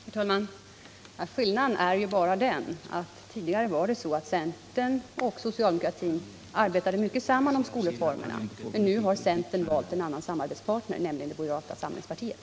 Herr talman! Skillnaden är bara den att tidigare arbetade centern och socialdemokratin nära tillsammans om skolreformerna. Nu har centern valt en annan samarbetspartner, nämligen moderata samlingspartiet.